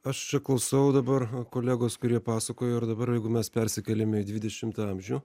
aš klausau dabar kolegos kurie pasakojo ir dabar jeigu mes persikėlėme į dvidešimtą amžių